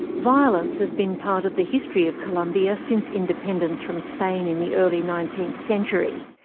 violence has been part of the history of colombia since independence from spain the early nineteenth century.